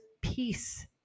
peace